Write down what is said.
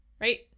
Right